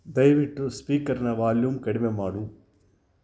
ದಯವಿಟ್ಟು ಸ್ಪೀಕರ್ನ ವಾಲ್ಯೂಮ್ ಕಡಿಮೆ ಮಾಡು